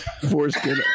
foreskin